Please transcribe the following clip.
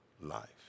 life